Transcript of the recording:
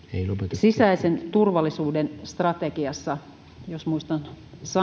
sisäisen turvallisuuden strategiassakin jos muistan